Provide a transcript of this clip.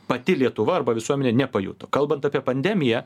pati lietuva arba visuomenė nepajuto kalbant apie pandemiją